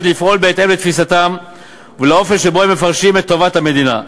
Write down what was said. לפעול בהתאם לתפיסתם ולאופן שבו הם מפרשים את טובת המדינה.